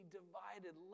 divided